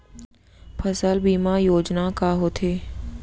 फसल बीमा योजना का होथे?